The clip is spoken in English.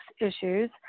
issues